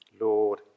Lord